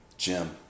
Jim